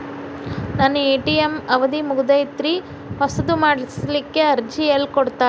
ನನ್ನ ಎ.ಟಿ.ಎಂ ಅವಧಿ ಮುಗದೈತ್ರಿ ಹೊಸದು ಮಾಡಸಲಿಕ್ಕೆ ಅರ್ಜಿ ಎಲ್ಲ ಕೊಡತಾರ?